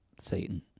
Satan